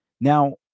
Now